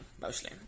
mostly